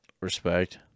Respect